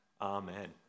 Amen